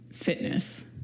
fitness